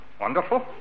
Wonderful